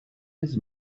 his